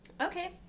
Okay